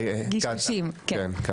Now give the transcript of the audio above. גישושים כן.